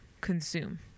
consume